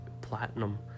platinum